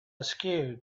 askew